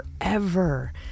forever